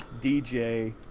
DJ